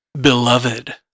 Beloved